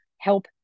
help